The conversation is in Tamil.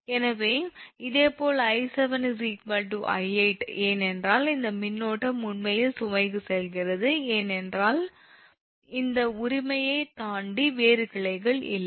எனவே இதேபோல் 𝐼7 𝑖8 ஏனென்றால் இந்த மின்னோட்டம் உண்மையில் சுமைக்கு செல்கிறது ஏனென்றால் அந்த உரிமையைத் தாண்டி வேறு கிளைகள் இல்லை